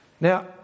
Now